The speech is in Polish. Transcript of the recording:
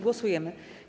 Głosujemy.